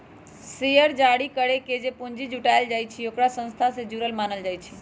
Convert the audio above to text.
share जारी करके जे पूंजी जुटाएल जाई छई ओकरा संस्था से जुरल मानल जाई छई